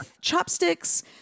chopsticks